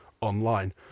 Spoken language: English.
online